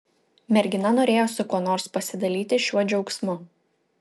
mergina norėjo su kuo nors pasidalyti šiuo džiaugsmu